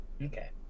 okay